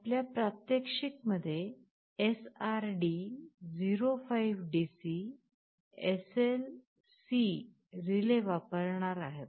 आपल्या प्रात्यक्षिक मध्ये SRD 05DC SL C relay वापरणार आहोत